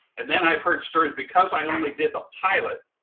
and then i've heard stories because i only did the pilot,